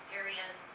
areas